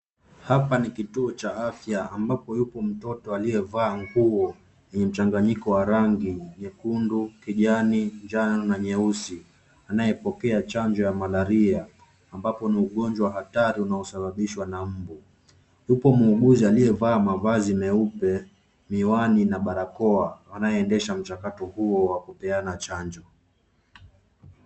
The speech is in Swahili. Hapa ni kituo cha afya ambapo yupo mtoto aliyevaa nguo yenye mchanganyiko wa rangi nyekundu, kijani, njano, na nyeusi anayepokea chanjo ya malaria ambapo ni ugonjwa hatari unaosababishwa na mbu. Yupo muuguzi aliyavaa mavazi meupe, miwani na barakoa anayeendesha mchakato huo wa kupeana chanjo.